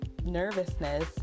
nervousness